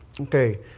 Okay